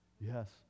Yes